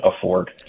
afford